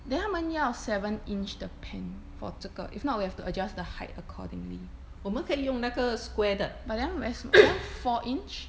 then 他们要 seven inch 的 pan for 这个 if not we have to adjust the height accordingly but that one very small four inch